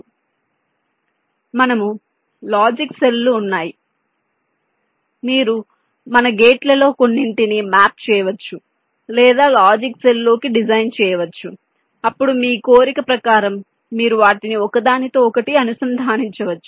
కాబట్టి మనకు లాజిక్ సెల్లు ఉన్నాయి మీరు మన గేట్లలో కొన్నింటిని మ్యాప్ చేయవచ్చు లేదా లాజిక్ సెల్ లోకి డిజైన్ చేయవచ్చు అప్పుడు మీ కోరిక ప్రకారం మీరు వాటిని ఒకదానితో ఒకటి అనుసంధానించవచ్చు